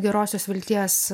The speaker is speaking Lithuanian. gerosios vilties